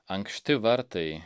ankšti vartai